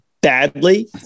badly